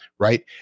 Right